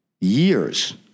years